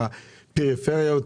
יותר בפריפריה.